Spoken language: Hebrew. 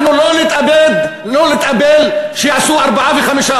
אנחנו לא נתאבד, לא נתאבל שיעשו 4% ו-5%.